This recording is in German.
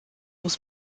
muss